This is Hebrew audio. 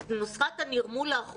כך צריך לפרסם את נוסחת הנירמול האחרונה.